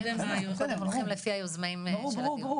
הולכים לפי היוזמים של הדיון.